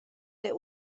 der